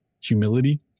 humility